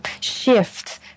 shift